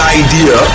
idea